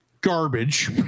garbage